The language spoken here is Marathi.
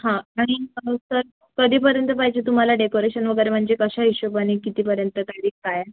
हां आणि सर कधीपर्यंत पाहिजे तुम्हाला डेकोरेशन वगैरे म्हणजे कशा हिशोबाने कितीपर्यंत कधी काय